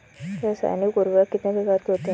रासायनिक उर्वरक कितने प्रकार के होते हैं?